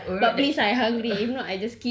err I can't